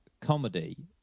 comedy